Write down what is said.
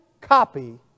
copy